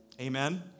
Amen